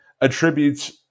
attributes